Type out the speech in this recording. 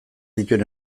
dituen